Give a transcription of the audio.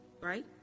right